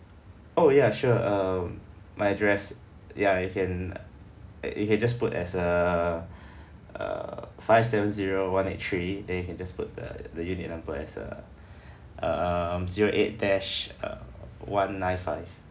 oh ya sure um my address ya you can you can just put as uh uh five seven zero one eight three then you can just put the the unit number as uh um zero eight dash uh one nine five